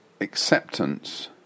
acceptance